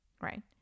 right